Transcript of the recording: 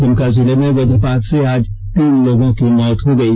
दुमका जिले में वज्रपात से आज तीन लोगों की मौत हो गयी